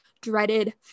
dreaded